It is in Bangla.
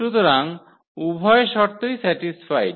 সুতরাং উভয় শর্তই স্যাটিস্ফায়েড